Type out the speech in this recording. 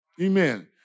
Amen